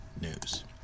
news